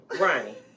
Ronnie